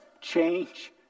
change